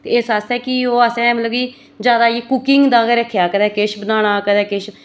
ते इस आस्तै कि ओह् असें मतलब कि जादै कुकिंग दा गै रक्खेआ कदें किश बनाना कदें किश